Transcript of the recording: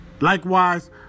Likewise